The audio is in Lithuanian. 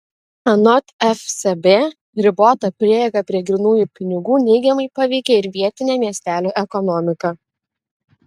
anot fsb ribota prieiga prie grynųjų pinigų neigiamai paveikia ir vietinę miestelių ekonomiką